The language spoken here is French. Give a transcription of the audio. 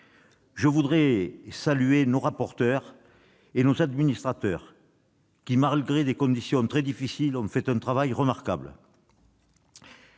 Je voudrais remercier nos rapporteurs et nos administrateurs, qui, malgré des conditions difficiles, ont fait un travail remarquable.